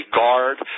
guard